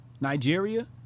Nigeria